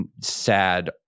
sad